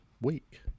week